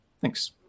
Thanks